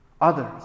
Others